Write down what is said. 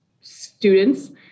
students